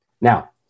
now